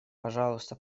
пожалуйста